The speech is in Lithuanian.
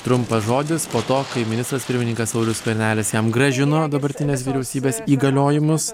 trumpas žodis po to kai ministras pirmininkas saulius skvernelis jam grąžino dabartinės vyriausybės įgaliojimus